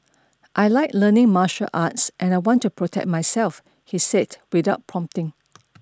I like learning martial arts and I want to protect myself he said without prompting